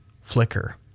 flicker